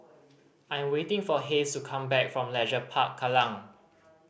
I am waiting for Hays to come back from Leisure Park Kallang